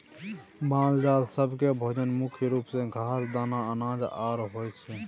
मालजाल सब केँ भोजन मुख्य रूप सँ घास, दाना, अनाज आर होइ छै